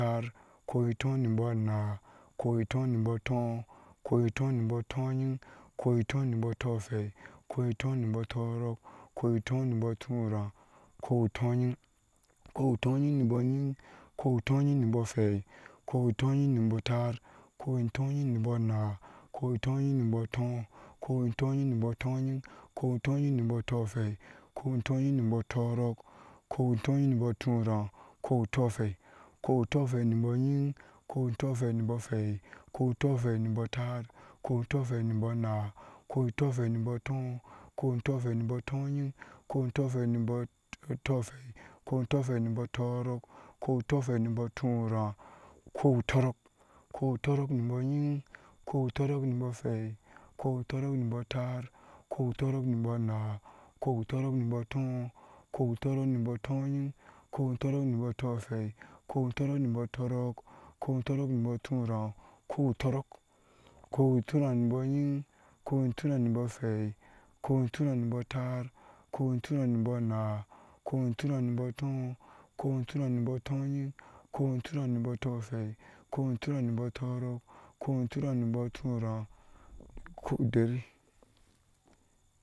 Taar ukou iyɔɔ niyonda ikou itoo niyo tɔɔ ikou-itɔɔ-niyo tonyin iko itɔɔ tɔɔhwei ukou itɔɔ niyo tɔɔrɔɔk ikou itɔɔ niya turaa nukou utanyiŋ ukou utongin aiyo nyiŋ ukou utɔɔyiŋ niyohwei ukou untɔɔyiŋ niyo taar ukou otɔɔnyin niyo naa, ukou utɔɔyin niyo tɔɔ ukou utɔɔyin niye turaa okou utɔɔhwei niyo hwei okou utɔɔwei nyo taar ukou utɔɔhwei niyo naa akou utɔɔshwei nio naa okou utɔɔwei niyo tɔɔrɔɔk okou utɔɔrɔk niye ukou-utɔɔrɔɔk niyo hwei ukou uta rɔɔk niyo taar ukou utorɔɔk niya naa ukou utorɔɔk niyo tɔɔrɔɔk ukou utare niyo turna ukou uturaa niyo hwei ikou utura, nyo taar ukou uturaa niyo naa tɔɔyiŋ ukou uturaa niyo tɔɔhwei ukou uturaa niyo tɔɔrɔɔk uku uturaa niyo tura udari.